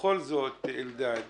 בכל זאת, אלדד קובלנץ,